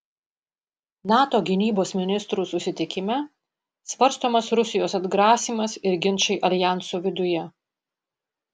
nato gynybos ministrų susitikime svarstomas rusijos atgrasymas ir ginčai aljanso viduje